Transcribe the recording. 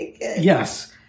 Yes